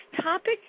topic